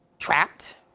trapped,